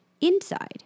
Inside